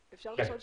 אפשר לשאול שאלה?